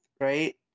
right